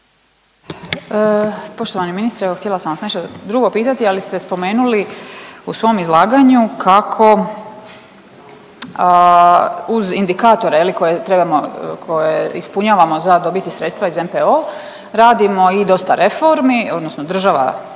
Poštovani ministre evo htjela sam vas nešto drugo pitati, ali ste spomenuli u svom izlaganju kako uz indikatore je li koje trebamo, koje ispunjavamo za dobiti sredstva NPO radimo i dosta reformi odnosno država